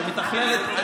שמתכללת,